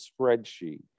spreadsheet